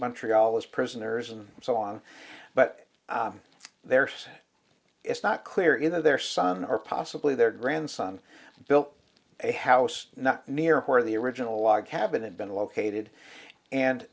montreal as prisoners and so on but there's it's not clear either their son or possibly their grandson built a house not near where the original log cabin been located and